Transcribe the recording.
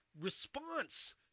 response